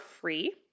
free